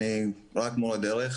אני רק מורה דרך,